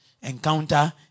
encounter